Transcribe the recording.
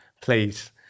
Please